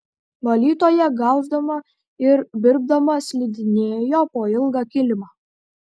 valytoja gausdama ir birbdama slidinėjo po ilgą kilimą